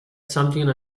something